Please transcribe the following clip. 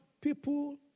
people